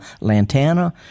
lantana